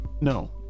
No